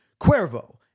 Cuervo